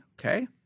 okay